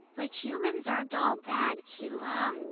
but humans aren't all bad, cula.